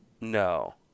No